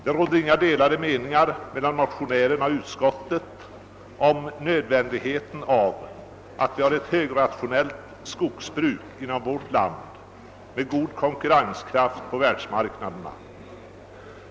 Det råder inga delade meningar mellan motionärerna och utskottet om nödvändigheten av ett högrationellt skogsbruk i vårt land med god konkurrenskraft på världsmarknaden.